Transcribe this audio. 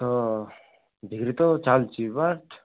ତ ବିକ୍ରି ତ ଚାଲିଛି ବଟ